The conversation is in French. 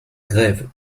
grève